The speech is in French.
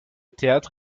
théâtre